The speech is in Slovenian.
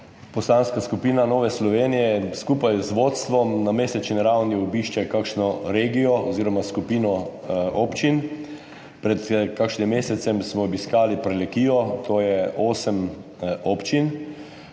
Poslanska skupina Nove Slovenije skupaj z vodstvom na mesečni ravni obišče kakšno regijo oziroma skupino občin. Pred kakšnim mesecem smo obiskali Prlekijo, to je osem občin,